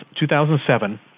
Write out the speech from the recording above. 2007